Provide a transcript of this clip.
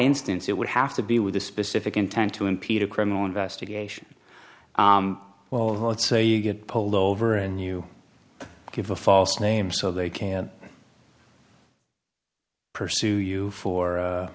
instance it would have to be with a specific intent to impede a criminal investigation well let's say you get pulled over and you give a false name so they can pursue you for